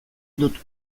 dut